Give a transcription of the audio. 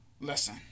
listen